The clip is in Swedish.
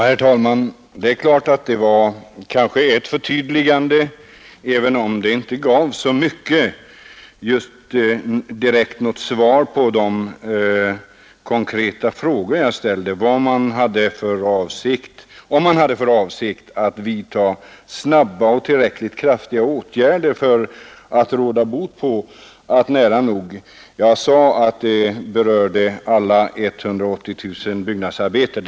Herr talman! Inrikesministerns senaste anförande innebar kanske ett förtydligande, även om det inte gav så mycket. Nagot direkt svar på de ag ställde gavs inte. Jag frågade om man hade för avsikt att vidta snabba och krafttulla åtgärder för att rada bot pa det missförhallandet utt byggnadsarbetarna -— jag sade att det gällde alla de 180 000 hyggnadsarbetarna.